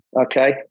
Okay